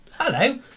Hello